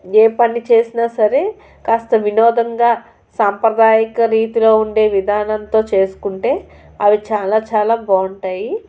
ఏ పని చేసినా సరే కాస్త వినోదంగా సాంప్రదాయక రీతిలో ఉండే విధానంతో చేసుకుంటే అవి చాలా చాలా బాగుంటాయి